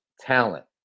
talent